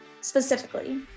specifically